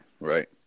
right